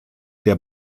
der